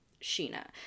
Sheena